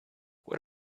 what